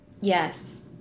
Yes